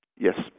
Yes